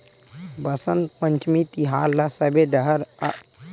बसंत पंचमी तिहार ल सबे डहर अलगे अलगे राज म अलगे अलगे किसम ले मनाए जाथे